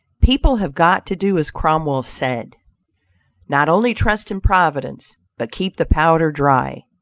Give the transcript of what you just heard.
people have got to do as cromwell said not only trust in providence, but keep the powder dry.